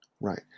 Right